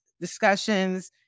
discussions